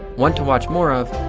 want to watch more of,